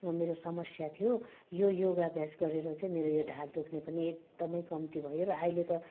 मेरो समस्या थियो यो योगा अभ्यास गरेर चाहिँ मेरो यो ढाड दुख्ने पनि एकदमै कम्ती भयो र अहिले त